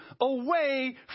away